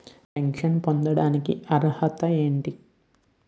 Pension పొందడానికి అర్హత ఏంటి?